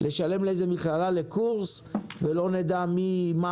לשלם לאיזו מכללה לקורס ולא נדע מי ומה